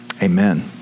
Amen